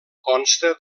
consta